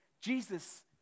Jesus